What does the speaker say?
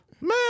Man